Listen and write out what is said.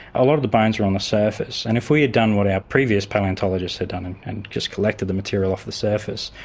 a lot of the bones were on the surface, and if we had done what our previous palaeontologists had done and and just collected the material off the surface,